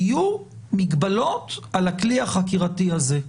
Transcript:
יהיו מגבלות על הכלי החקירתי הזה.